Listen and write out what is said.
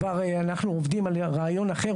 אנחנו כבר עובדים על רעיון אחר,